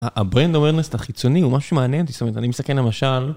הbrand awareness החיצוני הוא משהו מעניין, זאת אומרת, אני מסתכל למשל...